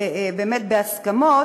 באמת בהסכמות,